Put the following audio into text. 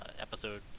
episode